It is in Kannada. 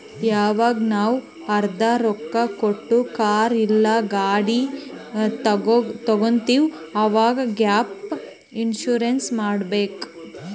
ಯವಾಗ್ ನಾವ್ ಅರ್ಧಾ ರೊಕ್ಕಾ ಕೊಟ್ಟು ಕಾರ್ ಇಲ್ಲಾ ಗಾಡಿ ತಗೊತ್ತಿವ್ ಅವಾಗ್ ಗ್ಯಾಪ್ ಇನ್ಸೂರೆನ್ಸ್ ಮಾಡಬೇಕ್